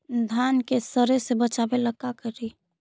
धान के सड़े से बचाबे ला का करि?